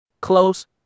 Close